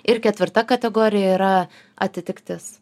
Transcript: ir ketvirta kategorija yra atitiktis